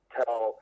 tell